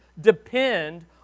Depend